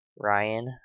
Ryan